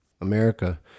america